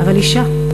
אבל אישה.